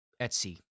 Etsy